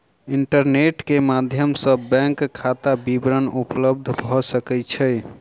internet के माध्यम सॅ बैंक खाता विवरण उपलब्ध भ सकै छै